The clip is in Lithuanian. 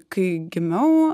kai gimiau